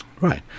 Right